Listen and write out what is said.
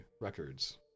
records